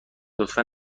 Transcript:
لطفا